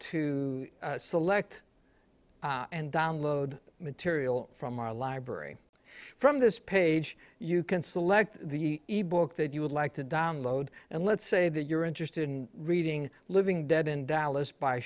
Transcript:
to select and download material from our library from this page you can select the e book that you would like to download and let's say that you're interested in reading living dead in dallas by